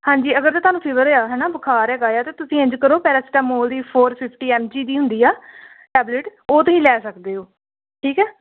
ਹਾਂਜੀ ਅਗਰ ਤਾਂ ਤੁਹਾਨੂੰ ਫੀਵਰ ਆ ਹੈ ਨਾ ਬੁਖਾਰ ਹੈਗਾ ਆ ਤਾਂ ਤੁਸੀਂ ਇੰਝ ਕਰੋ ਪੈਰਾਸੀਟਾਮੋਲ ਦੀ ਫੋਰ ਫਿਫਟੀ ਐੱਮ ਜੀ ਦੀ ਹੁੰਦੀ ਆ ਟੈਬਲੇਟ ਉਹ ਤੁਸੀਂ ਲੈ ਸਕਦੇ ਹੋ ਠੀਕ ਹੈ